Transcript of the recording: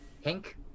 pink